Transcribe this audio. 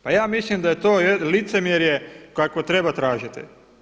Pa ja mislim da je to licemjerje kakvo treba tražiti.